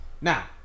now